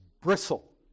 bristle